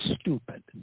stupid